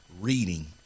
reading